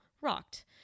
rocked